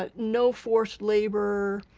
ah no forced labor,